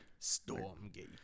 Stormgate